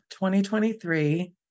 2023